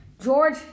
George